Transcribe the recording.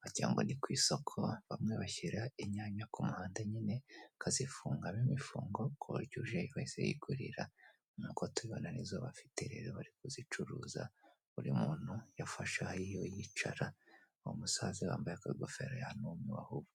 wagirango ni ku isoko bamwe bashyira inyanya ku muhanda nyine bakazifunga bi imifungo coryoje igahise yigurira nkuko tubibona nizo bafite rero bari kuzicuruza buri muntu yafasheyo yicara uwo musaza wambaye akagofero ahantu mu ahubwo.